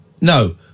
no